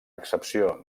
excepció